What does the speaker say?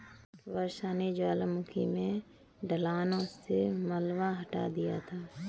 वर्षा ने ज्वालामुखी की ढलानों से मलबा हटा दिया था